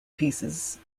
pieces